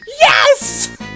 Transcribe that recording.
Yes